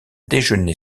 déjeuner